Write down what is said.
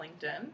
LinkedIn